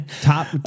top